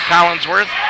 Collinsworth